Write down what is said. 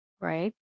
Right